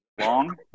Long